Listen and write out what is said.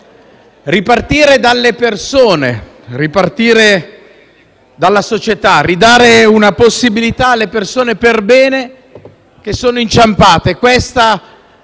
ripartire dalle persone, ripartire dalla società, ridare una possibilità alle persone perbene, che sono inciampate: